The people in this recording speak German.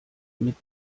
mit